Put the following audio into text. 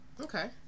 Okay